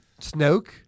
Snoke